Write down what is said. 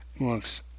looks